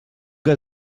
que